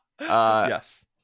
Yes